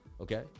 okay